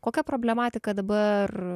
kokią problematiką dabar